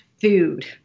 food